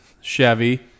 Chevy